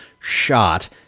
shot